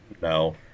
No